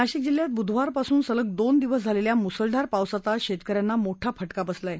नाशिक जिल्ह्यात बुधवार पासून सलग दोन दिवस झालेल्या मुसळधार पावसाचा शेतक यांना मोठा फटका बसला आहे